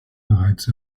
bereits